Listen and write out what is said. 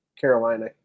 Carolina